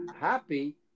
happy